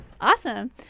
awesome